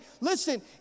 Listen